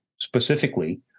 specifically